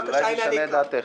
אז אולי זה ישנה את דעתך.